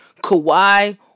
Kawhi